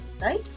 Right